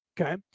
Okay